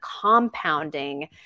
compounding